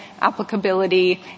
applicability